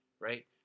right